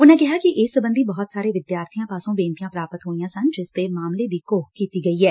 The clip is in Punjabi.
ਉਨਾਂ ਕਿਹਾ ਕਿ ਇਸ ਸਬੰਧੀ ਬਹੁਤ ਸਾਰੇ ਵਿਦਿਆਰਥੀਆਂ ਪਾਸੋਂ ਬੇਨਤੀਆਂ ਪ੍ਰਾਪਤ ਹੋਈਆਂ ਸਨ ਅਤੇ ਮਾਮਲੇ ਦੀ ਘੋਖ ਕੀਤੀ ਗਈ ਏ